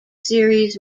series